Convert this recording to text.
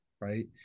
right